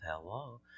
Hello